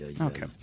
Okay